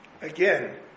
Again